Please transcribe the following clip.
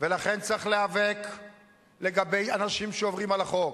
ולכן צריך להיאבק לגבי אנשים שעוברים על החוק,